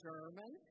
German